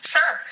Sure